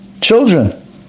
children